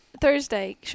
Thursday